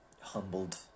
humbled